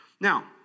Now